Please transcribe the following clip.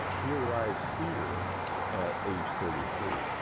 he arrives here at age thirty three.